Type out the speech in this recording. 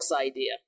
idea